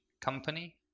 company